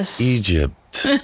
Egypt